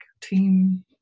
team